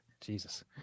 jesus